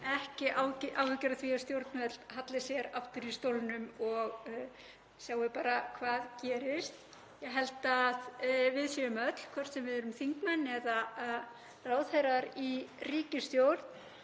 ekki áhyggjur af því að stjórnvöld halli sér aftur í stólnum og sjái bara til hvað gerist. Ég held að við séum öll, hvort sem við erum þingmenn eða ráðherrar í ríkisstjórn,